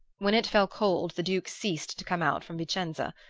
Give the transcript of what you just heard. when it fell cold the duke ceased to come out from vicenza,